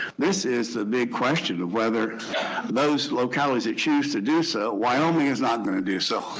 this is the big question of whether those localities that choose to do so wyoming is not going to do so.